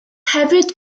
hefyd